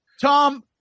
Tom